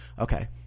Okay